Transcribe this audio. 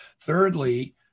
Thirdly